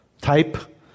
Type